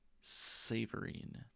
savoring